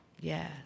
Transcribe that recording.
Yes